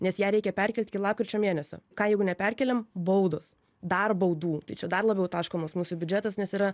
nes ją reikia perkelt iki lapkričio mėnesio ką jeigu neperkėlėm baudos dar baudų tai čia dar labiau taškomas mūsų biudžetas nes yra